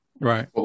Right